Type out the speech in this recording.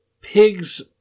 pigs